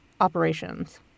operations